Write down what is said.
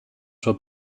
sua